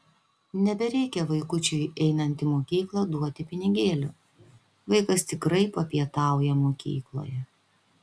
nebereikia vaikučiui einant į mokyklą duoti pinigėlių vaikas tikrai papietauja mokykloje